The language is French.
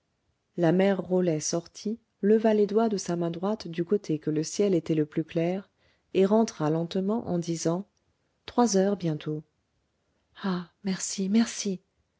la mère rolet sortit leva les doigts de sa main droite du côté que le ciel était le plus clair et rentra lentement en disant trois heures bientôt ah merci merci